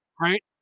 right